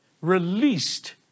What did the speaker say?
released